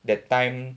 that time